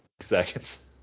seconds